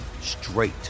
straight